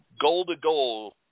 goal-to-goal